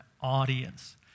audience